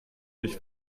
nicht